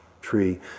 tree